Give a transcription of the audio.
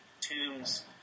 tombs